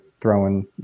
throwing